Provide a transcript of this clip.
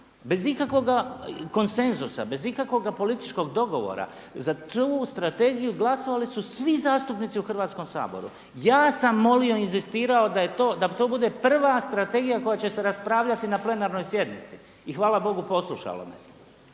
bez ikakvoga konsenzusa, bez ikakvoga političkog dogovora. Za tu strategiju glasovali su svi zastupnici u Hrvatskom saboru. Ja sam molio i inzistirao da to bude prva strategija koja će se raspravljati na plenarnoj sjednici i hvala Bogu poslušalo me se